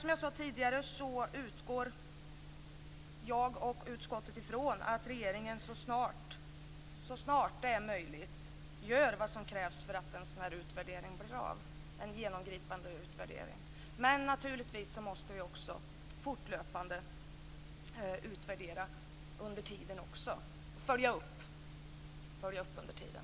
Som jag sade tidigare utgår jag och utskottet från att regeringen så snart det är möjligt gör vad som krävs för att en genomgripande utvärdering blir av. Men vi måste naturligtvis också fortlöpande utvärdera och följa upp beslutet under tiden.